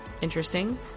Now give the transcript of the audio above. interesting